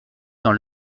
dans